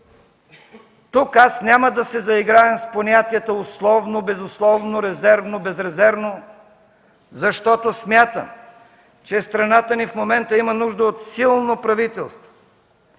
„Тук аз няма да се заигравам с понятията „условно”, „безусловно”, „резервно”, „безрезервно”, защото смятам, че страната ни в момента има нужда от силно правителство.